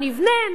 נבנה,